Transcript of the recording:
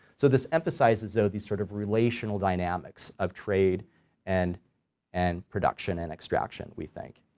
so this emphasizes though these sort of relational dynamics of trade and and production and extraction we think.